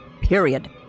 period